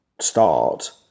start